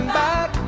back